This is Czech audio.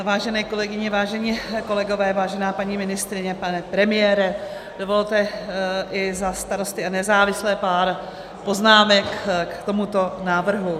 Vážené kolegyně, vážení kolegové, vážená paní ministryně, pane premiére, dovolte i za Starosty a nezávislé pár poznámek k tomuto návrhu.